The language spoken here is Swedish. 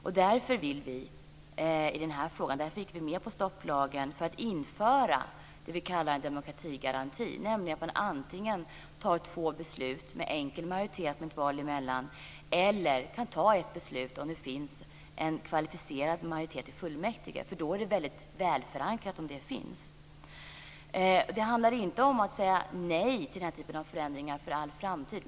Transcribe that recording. Vi ställde oss bakom stopplagen för att man skulle införa det som vi kallar en demokratigaranti, nämligen att man antingen fattar två beslut med enkel majoritet med ett val emellan eller att man fattar ett beslut om det finns en kvalificerad majoritet i fullmäktige, eftersom det då är mycket välförankrat. Det handlar inte om att säga nej till den typen av förändringar för all framtid.